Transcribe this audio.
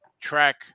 track